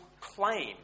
claim